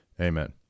amen